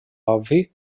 obvi